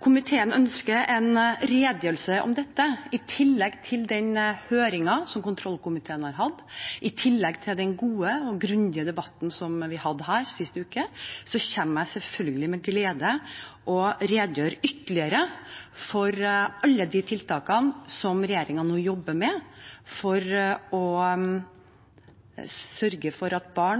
komiteen ønsker en redegjørelse om dette, i tillegg til høringen som kontroll- og konstitusjonskomiteen har hatt, og i tillegg til den gode og grundige debatten vi hadde her sist uke, kommer jeg selvfølgelig med glede og redegjør ytterligere for alle de tiltakene regjeringen nå jobber med for å